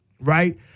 right